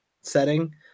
setting